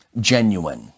genuine